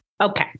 Okay